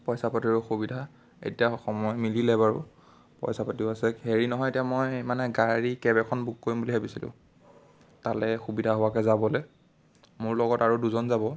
পইচা পাতিৰো অসুবিধা এতিয়া সময় মিলিলে বাৰু পইচা পাতিও আছে হেৰি নহয় এতিয়া মই মানে গাড়ী কেব এখন বুক কৰিম বুলি ভাবিছিলোঁ তালে সুবিধা হোৱাকে যাবলৈ মোৰ লগত আৰু দুজন যাব